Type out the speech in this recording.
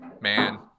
man